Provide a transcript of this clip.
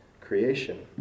creation